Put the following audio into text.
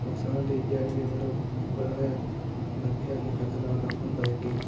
नकसान ते इ'यै न कि मतलब बड़ा गै आखेआ कि खतरनाक कम्म होंदा ऐ इक एह्